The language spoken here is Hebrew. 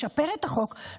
לשפר את החוק,